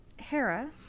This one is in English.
Hera